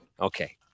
Okay